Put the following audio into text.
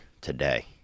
today